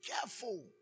careful